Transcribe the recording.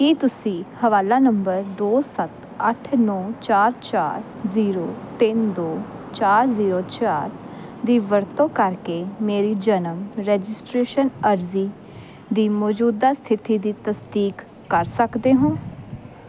ਕੀ ਤੁਸੀਂ ਹਵਾਲਾ ਨੰਬਰ ਦੋ ਸੱਤ ਅੱਠ ਨੌ ਚਾਰ ਚਾਰ ਜ਼ੀਰੋ ਤਿੰਨ ਦੋ ਚਾਰ ਜ਼ੀਰੋ ਚਾਰ ਦੀ ਵਰਤੋਂ ਕਰਕੇ ਮੇਰੀ ਜਨਮ ਰਜਿਸਟ੍ਰੇਸ਼ਨ ਅਰਜ਼ੀ ਦੀ ਮੌਜੂਦਾ ਸਥਿਤੀ ਦੀ ਤਸਦੀਕ ਕਰ ਸਕਦੇ ਹੋ